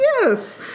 Yes